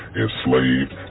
enslaved